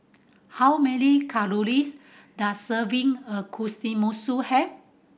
how many calories does a serving of have